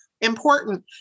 important